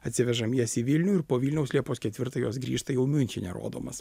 atsivežam jas į vilnių ir po vilniaus liepos ketvirtą jos grįžta jau miunchene rodomas